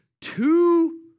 two